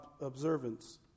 observance